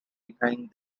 behind